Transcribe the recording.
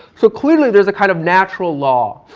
so clearly there's a kind of natural law